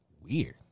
Weird